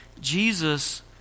Jesus